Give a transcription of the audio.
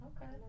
Okay